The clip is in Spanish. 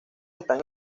están